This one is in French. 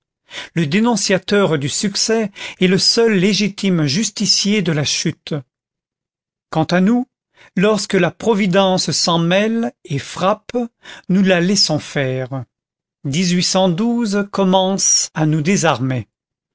le dénonciateur du succès est le seul légitime justicier de la chute quant à nous lorsque la providence s'en mêle et frappe nous la laissons faire commence à nous désarmer